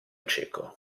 cieco